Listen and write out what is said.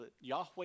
Yahweh